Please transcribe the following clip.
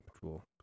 Cool